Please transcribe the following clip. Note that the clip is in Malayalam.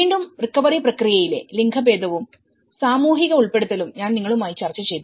വീണ്ടും റിക്കവറി പ്രക്രിയയിലെ ലിംഗഭേദവും സാമൂഹിക ഉൾപ്പെടുത്തലും ഞാൻ നിങ്ങളുമായി ചർച്ച ചെയ്തു